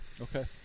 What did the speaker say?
Okay